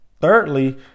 thirdly